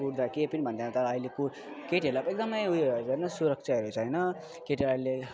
कुट्दा केही पनि भन्दैन तर अहिले कोही केटीहरूलाई पो एकदमै उयो सुरक्षाहरू छ होइन केटीहरूलाई अहिले